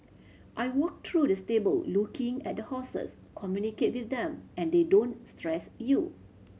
I walk through the stable looking at the horses communicate with them and they don't stress you